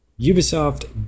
Ubisoft